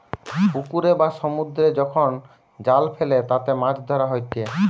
পুকুরে বা সমুদ্রে যখন জাল ফেলে তাতে মাছ ধরা হয়েটে